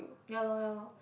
ya lor ya lor